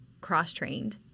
cross-trained